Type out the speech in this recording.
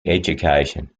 education